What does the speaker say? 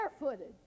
barefooted